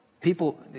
people